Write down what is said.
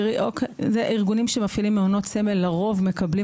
ארגונים שמפעילים מעונות סמל לרוב מקבלים